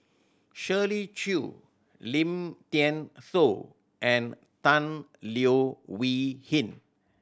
Shirley Chew Lim Thean Soo and Tan Leo Wee Hin